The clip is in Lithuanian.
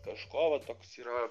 kažko va toks yra